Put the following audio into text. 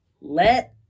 let